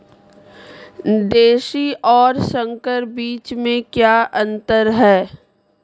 देशी और संकर बीज में क्या अंतर है?